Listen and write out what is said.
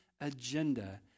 agenda